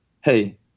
hey